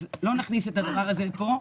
אז לא נכניס את הדבר הזה לפה.